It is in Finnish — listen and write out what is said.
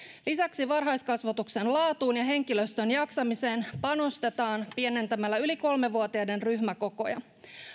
lisäksi varhaiskasvatuksen laatuun ja henkilöstön jaksamiseen panostetaan pienentämällä yli kolmevuotiaiden ryhmäkokoja